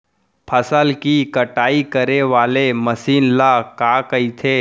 फसल की कटाई करे वाले मशीन ल का कइथे?